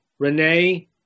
Renee